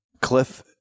Cliff